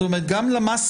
זאת אומרת גם למסה,